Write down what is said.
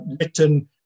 written